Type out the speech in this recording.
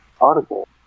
article